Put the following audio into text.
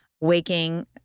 waking